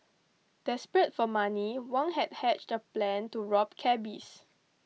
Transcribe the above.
desperate for money Wang had hatched a plan to rob cabbies